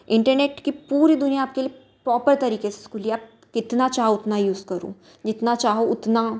internet की पूरी दुनिया आपके लिए प्रोपर तरीके से खुली है आप कितना चाहो उतना यूज़ करो जितना चाहो उतना